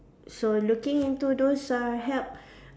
so looking into those uh help